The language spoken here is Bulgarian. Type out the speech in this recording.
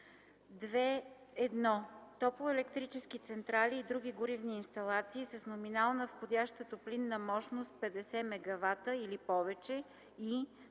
2.1. Топлоелектрически централи и други горивни инсталации с номинална входяща топлинна мощност 50 MW или повече, и